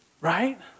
right